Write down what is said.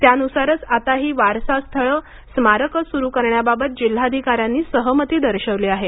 त्यानुसारच आता ही वारसा स्थळं स्मारकं सुरू करण्याबाबत जिल्ह्याधिकाऱ्यांनी सहमती दर्शविली आहे